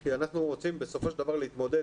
כי אנחנו רוצים בסופו של דבר להתמודד.